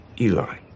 eli